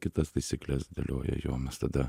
kitas taisykles dėlioja jo mes tada